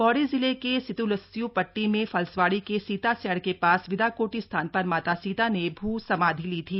पौड़ी जिले के सितोलस्यूं पट्टी में फलस्वाड़ी के सीतासैंण के पास विदाकोटी स्थान पर माता सीता ने भूसमाधि ली थी